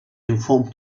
inform